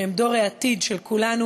שהם דור העתיד של כולנו,